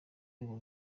rwego